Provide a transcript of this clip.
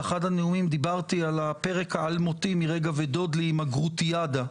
באחד הנאומים דברתי על הפרק האלמותי מרגע ודודלי עם הגרוטיאדה.